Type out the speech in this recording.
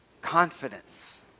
Confidence